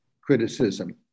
criticism